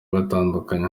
batandukanye